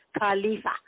Khalifa